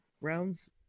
rounds